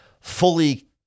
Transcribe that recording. fully